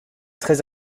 très